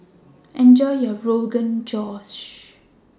Enjoy your Rogan Josh